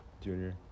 Junior